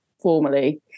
formally